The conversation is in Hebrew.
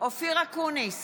אופיר אקוניס,